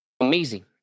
amazing